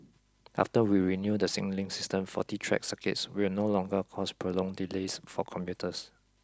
after we renew the signalling system faulty track circuits will no longer cause prolonged delays for commuters